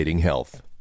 health